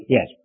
Yes